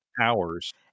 hours